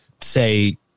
say